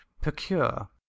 procure